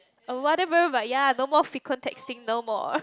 oh whatever but ya no more frequent texting no more